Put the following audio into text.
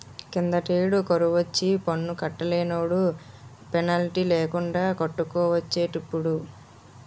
కిందటేడు కరువొచ్చి పన్ను కట్టలేనోలు పెనాల్టీ లేకండా కట్టుకోవచ్చటిప్పుడు